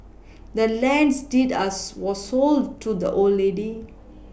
the land's deed us was sold to the old lady